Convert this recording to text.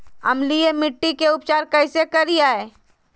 अम्लीय मिट्टी के उपचार कैसे करियाय?